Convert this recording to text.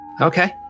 Okay